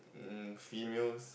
um females